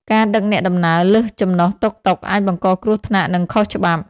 ការដឹកអ្នកដំណើរលើសចំណុះតុកតុក អាចបង្កគ្រោះថ្នាក់ និងខុសច្បាប់។